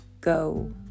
go